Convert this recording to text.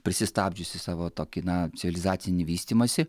prisistabdžiusi savo tokį na civilizacinį vystymąsi